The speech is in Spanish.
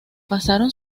pasaron